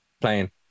playing